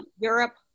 europe